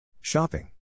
Shopping